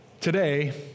Today